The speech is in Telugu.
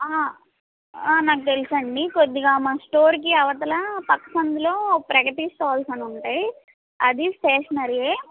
నాకు తెలుసు అండి కొద్దిగా మన స్టోర్కి అవతల పక్క సందులో ప్రగతి స్టాల్స్ అని ఉంటాయి అది స్టేషనరీయే